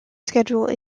schedule